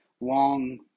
long